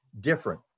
different